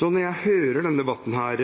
Når jeg hører på denne debatten, er